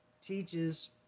teaches